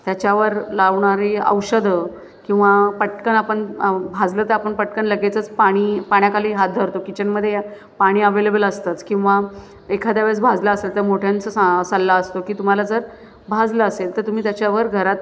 त्याच्यावर लावणारी औषधं किंवा पटकन आपण भाजलं तर आपण पटकन लगेचच पाणी पाण्याखाली हात धरतो किचनमध्ये पाणी अवेलेबल असतंच किंवा एखाद्या वेळेस भाजलं असेल तर मोठ्यांचा सां सल्ला असतो की तुम्हाला जर भाजलं असेल तर तुम्ही त्याच्यावर घरात